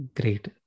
Great